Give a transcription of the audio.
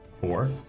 Four